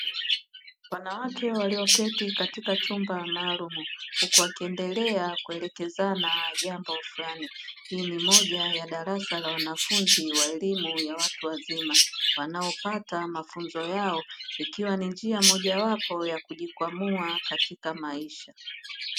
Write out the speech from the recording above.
Wanawake walioketi katika chumba maalumu huku waiendelea kuelekezana jambo fulani, hii ni moja ya darasa la elimu ya wanafunzi watu wazima wanaopata mafunzo yao, ikiwa ni njia moja wapo ya kujikwamua katika maisha.